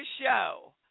show